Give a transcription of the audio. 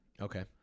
Okay